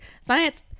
science